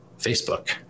Facebook